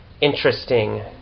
interesting